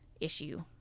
issue